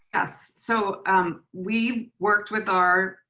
yes. so um we worked with our,